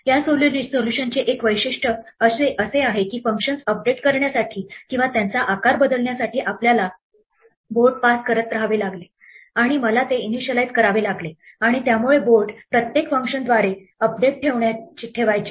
या सोल्यूशनचे एक वैशिष्टय़ असे आहे की फंक्शन्स अपडेट करण्यासाठी किंवा त्यांचा आकार बदलण्यासाठी आपल्याला बोर्ड पास करत राहावे लागले आणि मला ते इनिशियलाइज करावे लागले आणि त्यामुळे बोर्ड प्रत्येक फंक्शनद्वारे अपडेट ठेवायचे